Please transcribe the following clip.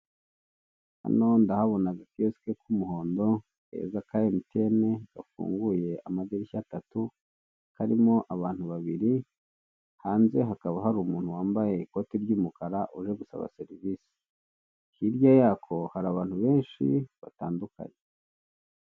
Hano ndahabona agakiyosike k'umuhondo keza ka emutiyene, gafunguye amadirishya atatu, karimo abantu babiri. Hanze hakaba hari umuntu wambaye ikote ry'umukara uje gusaba serivise. Hirya yako hari abantu benshi batandukanye.